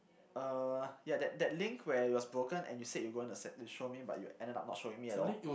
uh yeah that that link where it was broken and you said you were gonna set to show me but you ended up not showing me at all